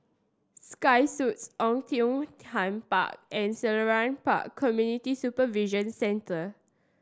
Sky Suites Oei Tiong Ham Park and Selarang Park Community Supervision Centre